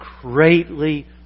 greatly